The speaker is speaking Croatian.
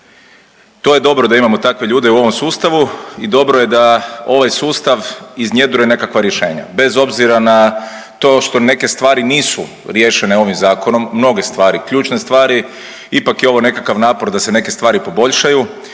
To je dobro da imamo takve ljude u ovom sustavu i dobro je da ovaj sustav iznjedruje nekakva rješenja bez obzira na to što neke stvari nisu riješene ovim Zakonom, mnoge stvari, ključne stvari, ipak je ovo nekakav napor da se neke stvari poboljšaju